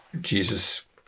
jesus